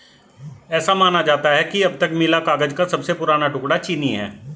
ऐसा माना जाता है कि अब तक मिला कागज का सबसे पुराना टुकड़ा चीनी है